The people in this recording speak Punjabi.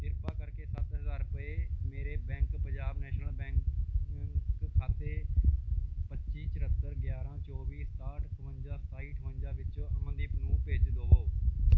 ਕ੍ਰਿਪਾ ਕਰਕੇ ਸੱਤ ਹਜ਼ਾਰ ਰੁਪਏ ਮੇਰੇ ਬੈਂਕ ਪੰਜਾਬ ਨੈਸ਼ਨਲ ਬੈਂਕ ਖਾਤੇ ਪੱਚੀ ਚੁਹੱਤਰ ਗਿਆਰਾਂ ਚੌਵੀ ਇਕਾਹਟ ਸਤਵੰਜਾ ਸਤਾਈ ਅਠਵੰਜਾ ਵਿਚੋਂ ਅਮਨਦੀਪ ਨੂੰ ਭੇਜ ਦਵੋ